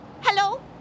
Hello